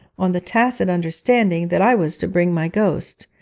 on the tacit understanding that i was to bring my ghost,